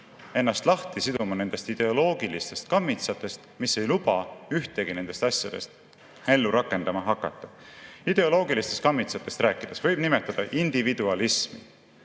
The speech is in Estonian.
ennast lahti siduma nendest ideoloogilistest kammitsatest, mis ei luba ühtegi nendest asjadest ellu rakendama hakata. Ideoloogilistest kammitsatest rääkides võib nimetada individualismi,